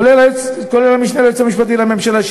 כולל עם המשנה ליועץ המשפטי לממשלה,